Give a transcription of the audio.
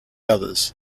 others